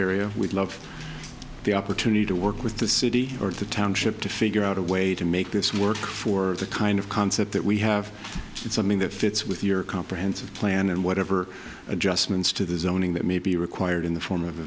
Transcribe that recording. area would love the opportunity to work with the city or the township to figure out a way to make this work for the kind of concept that we have something that fits with your comprehensive plan and whatever adjustments to the zoning that may be required in the form of a